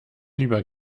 lieber